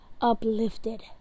uplifted